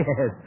Yes